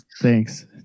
Thanks